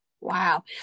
Wow